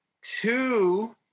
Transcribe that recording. Two